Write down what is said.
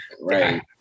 Right